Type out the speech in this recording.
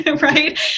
right